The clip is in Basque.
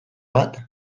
bat